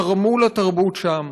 תרמו לתרבות שם,